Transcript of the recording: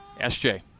SJ